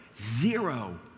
zero